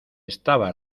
estaba